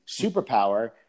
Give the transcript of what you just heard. superpower